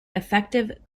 effective